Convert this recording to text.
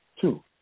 Two